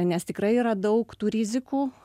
nes tikrai yra daug tų rizikų